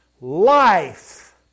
life